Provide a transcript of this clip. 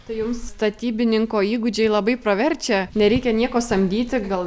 tai jums statybininko įgūdžiai labai praverčia nereikia nieko samdyti gal